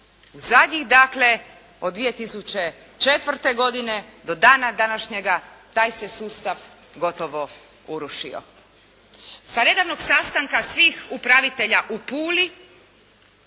u zadnjih dakle od 2004. godine do dana današnjega taj se sustav gotovo urušio. Sa redovnog sastanka svih upravitelja u Puli